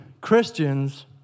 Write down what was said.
Christians